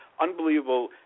unbelievable